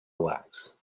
relax